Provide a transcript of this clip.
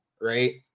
right